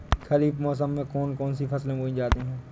खरीफ मौसम में कौन कौन सी फसलें बोई जाती हैं?